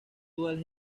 dual